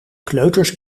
kleuters